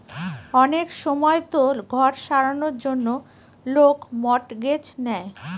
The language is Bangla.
অনেক সময়তো ঘর সারানোর জন্য লোক মর্টগেজ নেয়